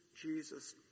Jesus